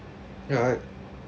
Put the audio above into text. ya